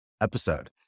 episode